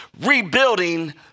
rebuilding